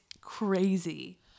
crazy